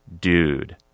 dude